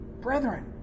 brethren